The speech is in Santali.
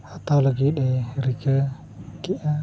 ᱦᱟᱛᱟᱣ ᱞᱟᱹᱜᱤᱫ ᱮ ᱨᱤᱠᱟᱹ ᱠᱮᱜᱼᱟ